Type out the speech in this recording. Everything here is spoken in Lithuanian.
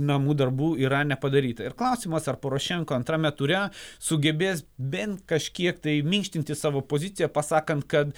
namų darbų yra nepadaryta ir klausimas ar porošenko antrame ture sugebės bent kažkiek tai minkštinti savo poziciją pasakant kad